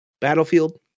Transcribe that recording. Battlefield